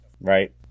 right